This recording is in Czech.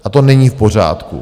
A to není v pořádku.